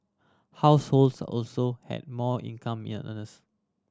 households also had more income ear earners